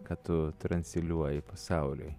ką tu transliuoji pasauliui